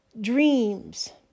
dreams